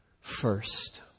first